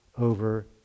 over